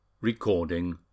Recording